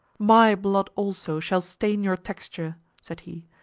my blood also shall stain your texture, said he,